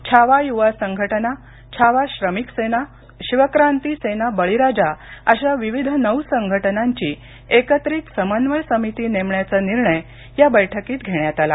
छावा युवा संघटना छावा श्रमिक सेना शिव क्रांती सेना बळीराजा अशा विविध नऊ संघटनांची एकत्रित समन्वय समिती नेमण्याचा निर्णय या बैठकीत घेण्यात आला